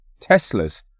Teslas